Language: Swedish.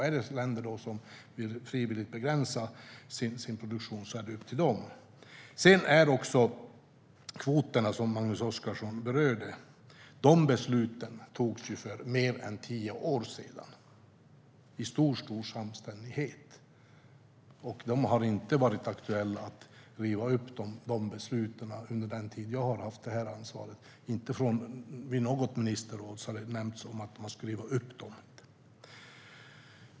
Är det länder som frivilligt vill begränsa sin produktion är det upp till dem. När det gäller kvoterna, som Magnus Oscarsson berörde, togs de besluten för mer än tio år sedan i stor samstämmighet. Det har inte varit aktuellt att riva upp de besluten under den tid jag har haft ansvaret. Inte vid något ministerråd har det nämnts att man skulle riva upp dem.